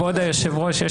כבוד היושב-ראש,